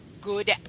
good